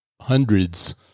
hundreds